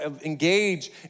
engage